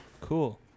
cool